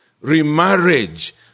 remarriage